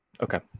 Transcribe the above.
Okay